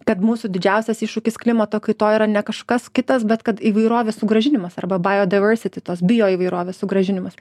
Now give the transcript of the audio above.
kad mūsų didžiausias iššūkis klimato kaitoj yra ne kažkas kitas bet kad įvairovės sugrąžinimas arba bajo daiversity tos bioįvairovės sugrąžinimas